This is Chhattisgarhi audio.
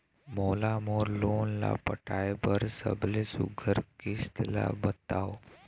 मोला मोर लोन ला पटाए बर सबले सुघ्घर किस्त ला बताव?